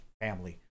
family